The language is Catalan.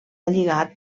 lligat